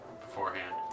beforehand